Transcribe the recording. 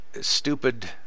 stupid